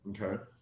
Okay